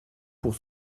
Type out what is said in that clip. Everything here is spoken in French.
pour